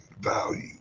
value